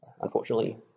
unfortunately